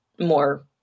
more